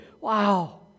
Wow